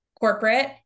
corporate